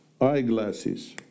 eyeglasses